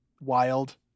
wild